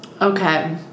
Okay